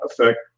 affect